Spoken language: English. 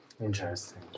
Interesting